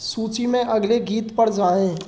सूची में अगले गीत पर जाएँ